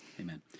Amen